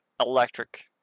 electric